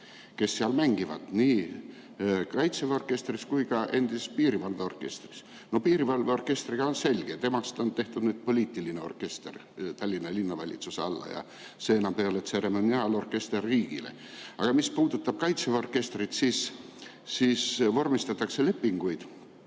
kes mängisid nii Kaitseväe orkestris kui ka endises piirivalveorkestris. No piirivalveorkestriga on selge, temast on tehtud nüüd poliitiline orkester Tallinna Linnavalitsuse alla ja see ei ole enam riigi tseremoniaalorkester. Aga mis puudutab Kaitseväe orkestrit, siis vormistatakse lepinguid.